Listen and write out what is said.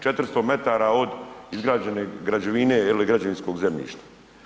400 metara od izgrađene građevine ili građevinskog zemljišta.